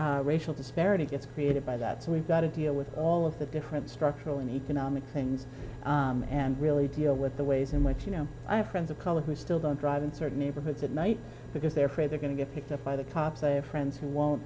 huge racial disparity gets created by that so we've got to deal with all of the different structural and economic things and really deal with the ways in which you know i have friends of color who still don't drive in certain neighborhoods at night because they're afraid they're going to get picked up by the cops i have friends who won't